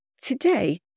Today